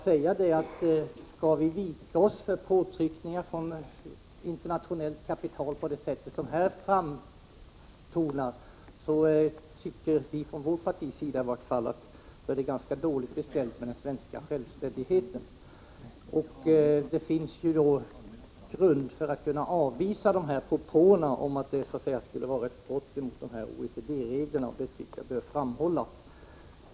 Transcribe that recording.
Skulle vi vika oss för påtryckningar från det internationella kapitalet på det sätt som här framtonar, tycker vi från vårt partis sida att det är ganska dåligt beställt med den svenska självständigheten. Det finns grund för att avvisa propåerna om att lagen skulle vara ett brott mot OECD-reglerna. Det bör framhållas.